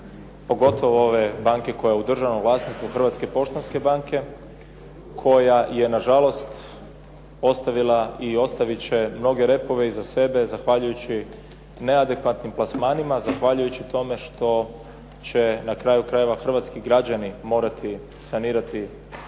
pogotovo ove banke koja je u državnom vlasništvu, Hrvatske poštanske banke, koja je na žalost ostavila i ostavit će mnoge repove iza sebe, zahvaljujući neadekvatnim plasmanima, zahvaljujući tome što će na kraju krajeva hrvatski građani morati sanirati probleme